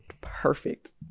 perfect